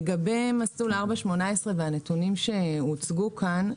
לגבי מסלול 4.18 והנתונים שהוצגו כאן,